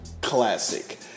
classic